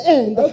end